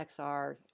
XR